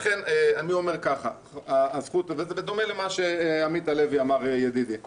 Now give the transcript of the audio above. לכן אני אומר, בדומה למה שאמר ידידי עמית הלוי: